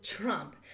Trump